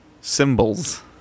symbols